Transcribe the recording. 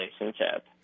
relationship